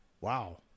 wow